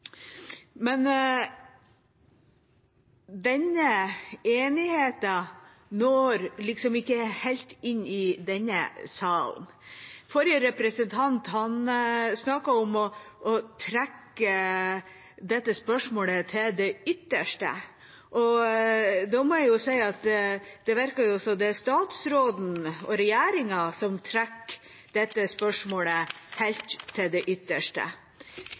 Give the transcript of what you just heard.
Men denne enigheten når liksom ikke helt inn i denne salen. Forrige taler snakket om å trekke dette spørsmålet til det ytterste. Da må jeg si at det virker som om det er statsråden og regjeringa som trekker dette spørsmålet helt til det ytterste.